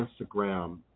Instagram